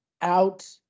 out